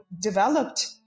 developed